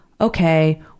okay